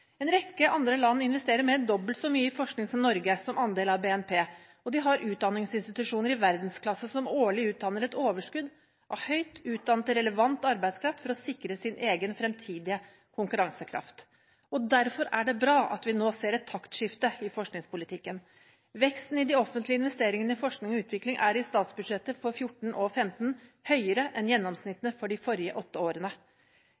En rekke land investerer mer enn dobbelt så mye i forskning som Norge som andel av BNP, og de har utdanningsinstitusjoner i verdensklasse som årlig utdanner et overskudd av høyt utdannet relevant arbeidskraft for å sikre sin egen fremtidige konkurransekraft. Derfor er det bra at vi nå ser et taktskifte i forskningspolitikken. Veksten i de offentlige investeringene i forskning og utvikling er i statsbudsjettet for 2014 og 2015 høyere enn gjennomsnittene for de forrige åtte årene.